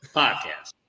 podcast